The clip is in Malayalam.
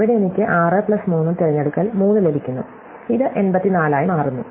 അവിടെ എനിക്ക് 6 പ്ലസ് 3 തിരഞ്ഞെടുക്കൽ 3 ലഭിക്കുന്നു ഇത് 84 ആയി മാറുന്നു